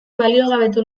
baliogabetu